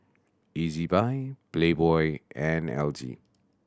Ezbuy Playboy and L G